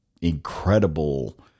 incredible